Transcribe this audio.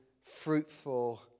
fruitful